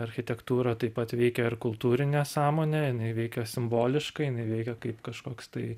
architektūra taip pat veikia ir kultūrinę sąmonę jinai veikia simboliškai jinai veikia kaip kažkoks tai